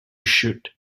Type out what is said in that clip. should